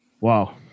Wow